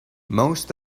most